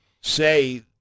say